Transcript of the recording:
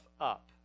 up